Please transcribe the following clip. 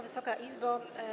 Wysoka Izbo!